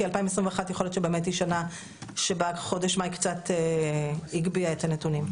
כי ב-2021 יכול להיות באמת שנה שבה חודש מאי קצת הגביהה את הנתונים.